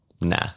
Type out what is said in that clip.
Nah